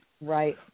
Right